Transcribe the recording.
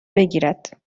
بگیرد